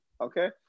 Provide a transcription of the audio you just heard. Okay